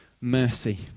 mercy